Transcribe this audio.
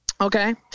Okay